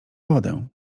wodę